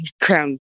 crown